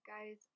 Guys